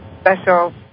special